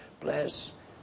bless